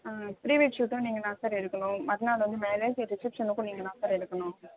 pre wed ஷூட்டும் நீங்கள் தான் சார் எடுக்கணும் மறுநாள் வந்து மேரேஜ் ரிசப்ஷனுக்கும் நீங்கள் தான் சார் எடுக்கணும்